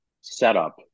setup